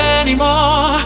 anymore